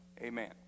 amen